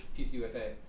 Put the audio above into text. PCUSA